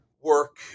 work